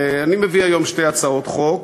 אני מביא היום שתי הצעות חוק